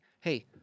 hey